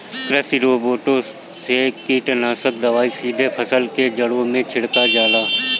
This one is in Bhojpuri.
कृषि रोबोट से कीटनाशक दवाई सीधे फसल के जड़ में छिड़का जाला